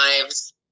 lives